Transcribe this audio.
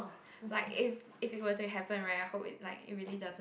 like if if it were to happen right I hope it like it really doesn't